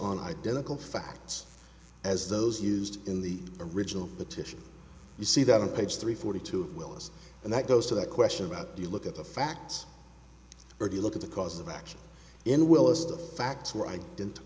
on identical facts as those used in the original the titian you see them page three forty two of willis and that goes to that question about do you look at the facts or do you look at the cause of action in the well as the facts right didn't